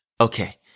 Okay